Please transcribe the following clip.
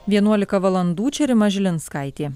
vienuolika valandų čia rima žilinskaitė